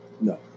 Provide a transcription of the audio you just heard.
no